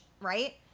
right